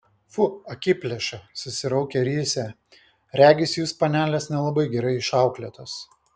fu akiplėša susiraukė risią regis jūs panelės nelabai gerai išauklėtos